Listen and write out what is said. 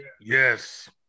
Yes